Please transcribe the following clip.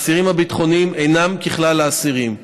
האסירים הביטחוניים אינם ככלל האסירים,